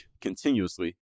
continuously